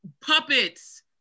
puppets